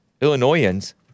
Illinoisans